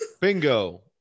Bingo